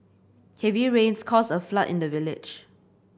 heavy rains caused a flood in the village